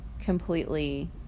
completely